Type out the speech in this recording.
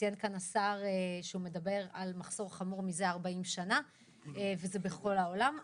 השר ציין שיש מחסור חמור זה 40 שנה וזה בכל העולם.